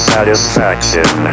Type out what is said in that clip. Satisfaction